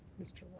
mr.